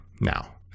now